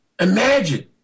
Imagine